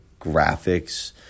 graphics –